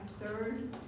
third